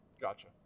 gotcha